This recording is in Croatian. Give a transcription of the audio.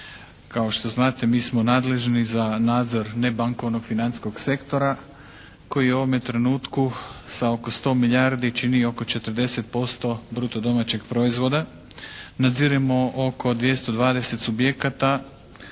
Kao što znate mi smo nadležni za nadzor nebankovnog financijskog sektora koji u ovome trenutku sa oko 100 milijardi čini oko 40% bruto domaćeg proizvoda. Nadziremo oko 220 subjekata.